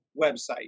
website